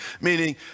meaning